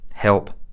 help